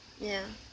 yeah